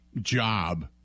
job